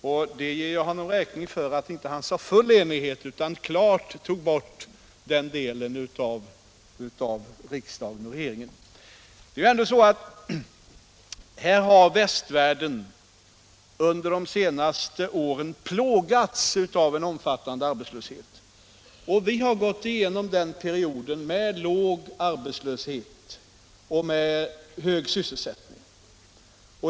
Jag håller honom räkning för att han inte sade full enighet utan klart tog bort den delen av riksdag och regering som inte stött den här politiken. Det är ju ändå på det sättet att västvärlden under de senaste åren har plågats av en omfattande arbetslöshet, medan vi har gått igenom den perioden med låg arbetslöshet och hög sysselsättning.